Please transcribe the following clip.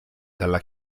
dalla